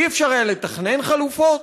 אי-אפשר היה לתכנן חלופות?